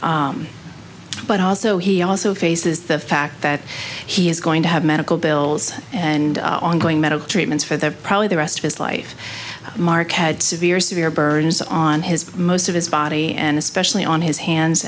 but also he also faces the fact that he is going to have medical bills and ongoing medical treatments for the probably the rest of his life mark had severe severe burns on his most of his body and especially on his hands